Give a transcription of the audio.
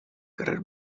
carrer